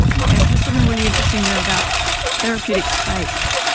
okay, so there's something really interesting thereabout therapeutic space.